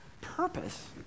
purpose